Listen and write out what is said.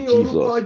Jesus